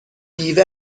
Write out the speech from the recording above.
بیوه